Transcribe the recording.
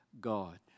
God